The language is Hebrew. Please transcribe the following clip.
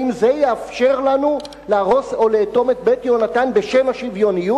האם זה יאפשר לנו להרוס או לאטום את "בית יהונתן" בשם השוויוניות?